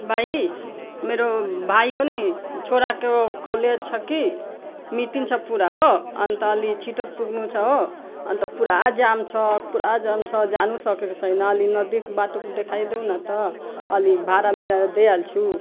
भाइ मेरो भाइको नि छोराको कलेज छ कि मिटिङ छ पुरा हो अन्त अलि छिटो पुग्नु छ हो अन्त पुरा जाम छ पुरा जाम छ जानुसकेको छैन लिनु दीप बाटो देखाइदेऊ न त अलि भाडा मिलाएर दिइहाल्छु